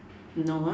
no